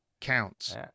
counts